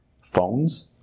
phones